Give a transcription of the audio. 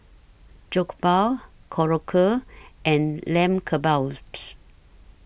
Jokbal Korokke and Lamb Kebabs